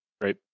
Great